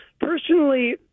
Personally